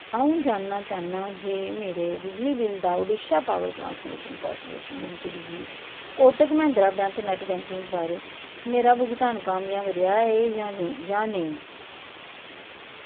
अ'ऊं जानना चाह्न्नां जे मेरे बिजली बिल दा Odisha power transmission corporation limited गी Kotak Mahindra bank net banking पर मेरा भुगतान कामयाब रेहा ऐ जां नेईं